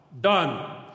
Done